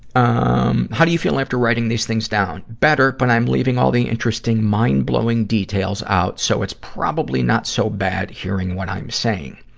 um how do you feel after writing these things down? better, but i'm leaving all the interesting, mind-blowing details out, so it's probably not so bad hearing what i'm saying.